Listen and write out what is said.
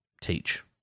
teach